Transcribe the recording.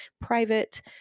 private